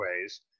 ways